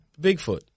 Bigfoot